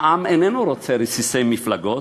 העם איננו רוצה רסיסי מפלגות,